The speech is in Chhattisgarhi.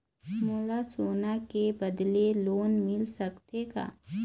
मोला सोना के बदले लोन मिल सकथे का?